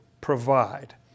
provide